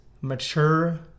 mature